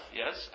yes